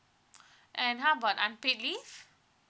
and how about unpaid leave